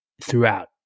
throughout